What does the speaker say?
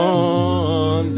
on